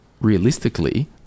realistically